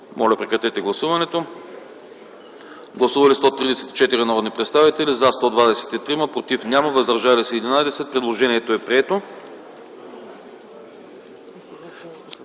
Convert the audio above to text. Моля, гласувайте. Гласували 134 народни представители: за 104, против 15, въздържали се 15. Предложението е прието.